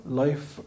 life